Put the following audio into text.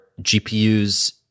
GPUs